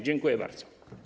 Dziękuję bardzo.